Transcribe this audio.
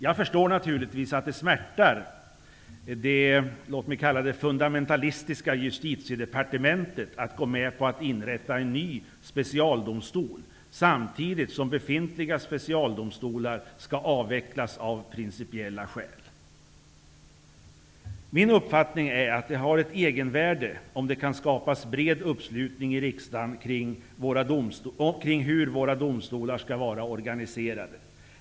Jag förstår naturligtvis att det smärtar det, låt mig kalla det, fundamentalistiska Justitiedepartementet att gå med på att inrätta en ny specialdomstol samtidigt som befintliga specialdomstolar skall avvecklas av principiella skäl. Min uppfattning är att det har ett egenvärde om det kan skapas bred uppslutning i riksdagen kring hur våra domstolar skall vara organiserade.